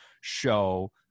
show